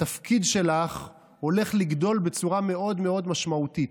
התפקיד שלך הולך לגדול בצורה מאוד מאוד משמעותית.